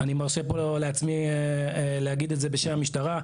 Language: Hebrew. אני מרשה פה לעצמי להגיד את זה בשם המשטרה,